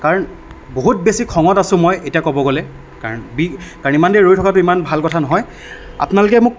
কাৰণ বহুত বেছি খঙত আছোঁ মই এতিয়া ক'ব গ'লে কাৰণ বি কাৰণ ইমান দেৰি ৰৈ থকাটো ইমান ভাল কথা নহয় আপোনালোকে মোক